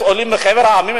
את העולים מחבר העמים,